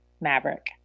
Maverick